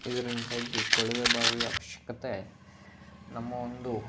ಇದರಿಂದಾಗಿ ಕೊಳವೆ ಬಾವಿಯ ಅವಶ್ಯಕತೆ ನಮ್ಮ ಒಂದು